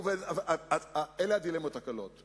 אלה הדילמות הקלות.